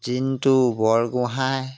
Jintu Borgohain